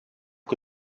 que